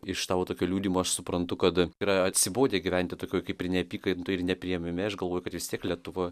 iš tavo tokio liudijimo aš suprantu kad yra atsibodę gyventi tokioj kaip ir neapykantoj ir nepriėmime aš galvoju kad jis tiek lietuva